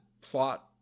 plot